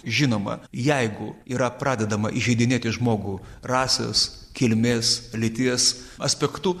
žinoma jeigu yra pradedama įžeidinėti žmogų rasės kilmės lyties aspektu